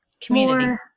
community